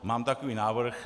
Mám takový návrh.